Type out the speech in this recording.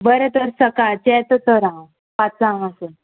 बरें तर सकाळचें येता तर हांव पांचांक अशें